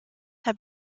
have